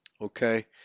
okay